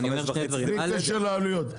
בלי קשר לעלויות,